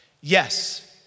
Yes